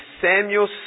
Samuel